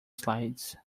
slides